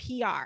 PR